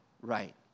right